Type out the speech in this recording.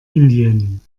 indien